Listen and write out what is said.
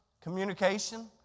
communication